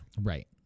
Right